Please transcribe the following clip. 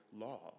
law